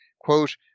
Quote